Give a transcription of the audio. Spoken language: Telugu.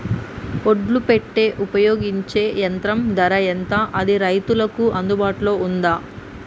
ఒడ్లు పెట్టే ఉపయోగించే యంత్రం ధర ఎంత అది రైతులకు అందుబాటులో ఉందా?